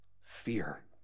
Fear